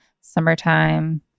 summertime